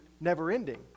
never-ending